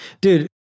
dude